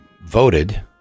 voted